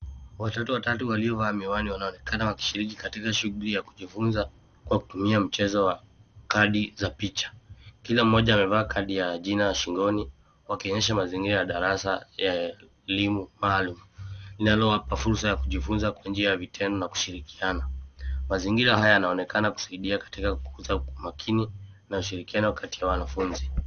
Watoto watatu waliovaa miwani wanaonekana wakishiriki katika shughuli ya kujifunza kwa kutumia mchezo wa kadi za picha. Kila mmoja amevaa kadi ya jina shingoni, wakionyesha mazingira ya darasa ya elimu maalum, inalowapa fursa ya kujifunza kwa njia ya vitendo na kushirikiana. Mazingira haya yanaonekana kusaidia katika kukuza kwa umakini na ushirikiano kati ya wanafunzi.